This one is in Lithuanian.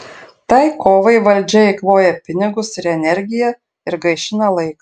tai kovai valdžia eikvoja pinigus ir energiją ir gaišina laiką